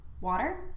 water